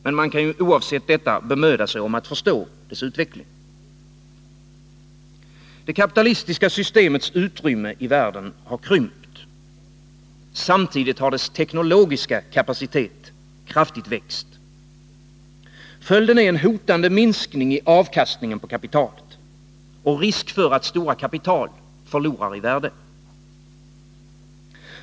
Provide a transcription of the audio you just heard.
Men man kan oavsett detta bemöda sig om att förstå dess utveckling. Det kapitalistiska systemets utrymme i världen har krympt. Samtidigt har dess teknologiska kapacitet kraftigt växt. Följden är en hotande minskning i avkastningen på kapitalet och en risk för att stora kapital förlorar i värde.